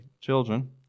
children